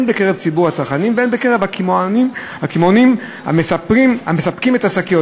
הן בקרב ציבור הצרכנים והן בקרב הקמעונאים המספקים את השקיות.